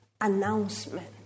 announcement